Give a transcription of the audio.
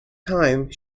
time